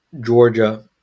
Georgia